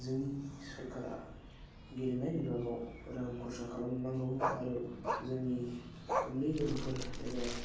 जोंनि सरकारा गेलेनाय बिभागाव रां खरसा खालामनांगौ आरो जोंनि उन्दै गथ'फोर एबा